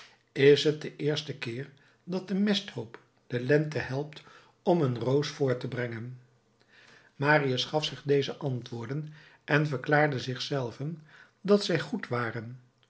is het de eerste keer dat de mesthoop de lente helpt om een roos voort te brengen marius gaf zich deze antwoorden en verklaarde zich zelven dat zij goed waren